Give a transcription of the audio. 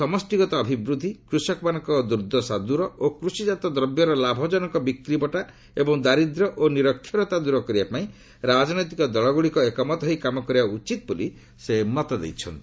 ସମଷ୍ଠିଗତ ଅଭିବୃଦ୍ଧି କୃଷକମାନଙ୍କ ଦୁର୍ଦ୍ଦଶା ଦୂର ଓ କୃଷିକାତ ଦ୍ରବ୍ୟର ଲାଭଜନକ ବିକ୍ରିବଟା ଏବଂ ଦାରିଦ୍ର୍ୟ ଓ ନିରକ୍ଷରତା ଦୂର କରିବାପାଇଁ ରାଜନୈତିକ ଦଳଗୁଡ଼ିକ ଏକମତ ହୋଇ କାମ କରିବା ଉଚିତ ବୋଲି ସେ ମତ ଦେଇଛନ୍ତି